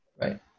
Right